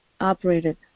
operated